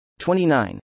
29